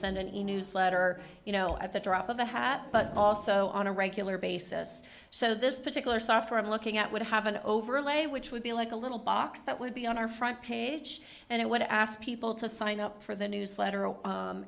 an you know at the drop of a hat but also on a regular basis so this particular software i'm looking at would have an overlay which would be like a little box that would be on our front page and it would ask people to sign up for the newsletter